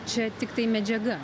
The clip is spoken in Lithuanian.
čia tiktai medžiaga